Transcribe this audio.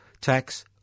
tax